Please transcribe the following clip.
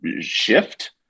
shift